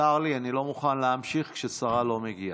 צר לי, אני לא מוכן להמשיך כששרה לא מגיעה.